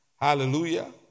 Hallelujah